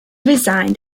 resigned